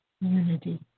unity